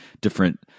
different